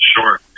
Sure